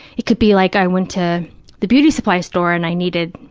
it could be like i went to the beauty supply store and i needed,